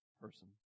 person